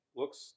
looks